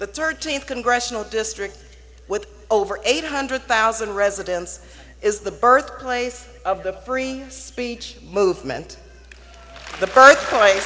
the thirteenth congressional district with over eight hundred thousand residents is the birthplace of the free speech movement the bir